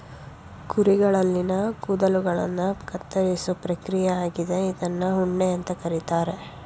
ಕುರಿಗಳಲ್ಲಿನ ಕೂದಲುಗಳನ್ನ ಕತ್ತರಿಸೋ ಪ್ರಕ್ರಿಯೆ ಆಗಿದೆ ಇದ್ನ ಉಣ್ಣೆ ಅಂತ ಕರೀತಾರೆ